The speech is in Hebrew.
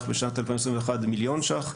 בשנת 2021 מיליון שקלים,